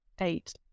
eight